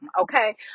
Okay